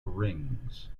rings